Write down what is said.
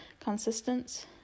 consistence